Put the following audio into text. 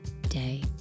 day